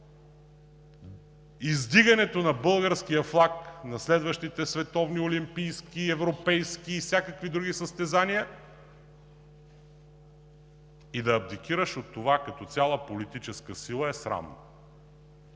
издигането на българския флаг на следващите световни, олимпийски, европейски и всякакви други състезания. И да абдикираш от това като цяла политическа сила е срамно.